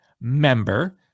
member